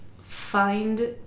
find